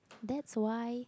that's why